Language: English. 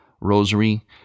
rosary